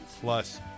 Plus